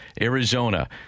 Arizona